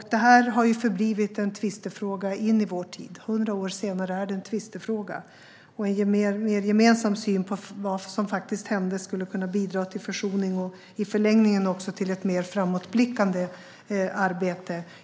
Detta har förblivit en tvistefråga in i vår tid. 100 år efteråt är det en tvistefråga. En mer gemensam syn på vad som faktiskt hände skulle kunna bidra till försoning och i förlängningen också till ett mer framåtblickande arbete.